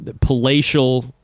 palatial